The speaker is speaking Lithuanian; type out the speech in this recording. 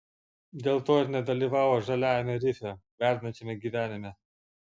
dėl to ir nedalyvavo žaliajame rife verdančiame gyvenime